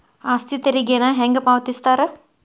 ಆಸ್ತಿ ತೆರಿಗೆನ ಹೆಂಗ ಪಾವತಿಸ್ತಾರಾ